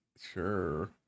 sure